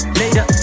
later